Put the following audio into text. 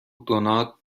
دونات